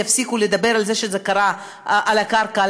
יפסיקו לדבר על זה שזה קרה על הקרקע,